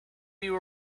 you